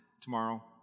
tomorrow